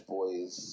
Boys